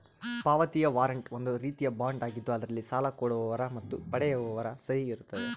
ಪಾವತಿಯ ವಾರಂಟ್ ಒಂದು ರೀತಿಯ ಬಾಂಡ್ ಆಗಿದ್ದು ಅದರಲ್ಲಿ ಸಾಲ ಕೊಡುವವರ ಮತ್ತು ಪಡೆಯುವವರ ಸಹಿ ಇರುತ್ತದೆ